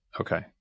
Okay